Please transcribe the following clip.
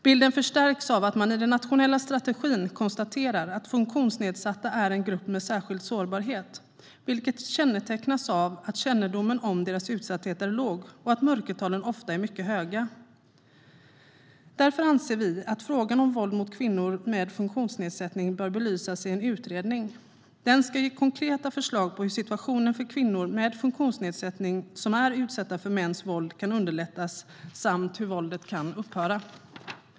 Bilden förstärks av att man i den nationella strategin konstaterar att funktionsnedsatta är en grupp med särskild sårbarhet, vilket kännetecknas av att kännedomen om deras utsatthet är låg och att mörkertalen ofta är mycket höga. Därför anser vi att frågan om våld mot kvinnor med funktionsnedsättning bör belysas i en utredning. Den ska ge konkreta förslag på hur situationen för kvinnor med funktionsnedsättning som är utsatta för mäns våld kan underlättas samt hur våldet kan upphöra.